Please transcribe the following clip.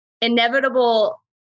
inevitable